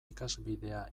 ikasbidea